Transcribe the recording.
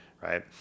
right